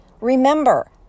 Remember